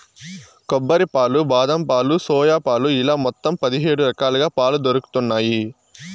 కొబ్బరి పాలు, బాదం పాలు, సోయా పాలు ఇలా మొత్తం పది హేడు రకాలుగా పాలు దొరుకుతన్నాయి